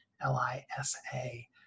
L-I-S-A